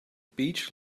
beach